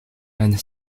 and